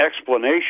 explanation